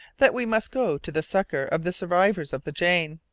that we must go to the succour of the survivors of the jane!